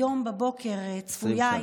היום בבוקר צפויה,